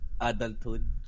adulthood